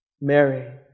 Mary